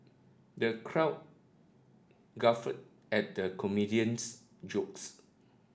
the crowd guffawed at the comedian's jokes